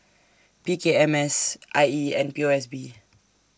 P K M S I E and P O S B